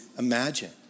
Imagine